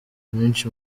benshi